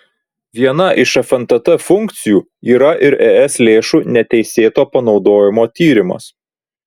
viena iš fntt funkcijų yra ir es lėšų neteisėto panaudojimo tyrimas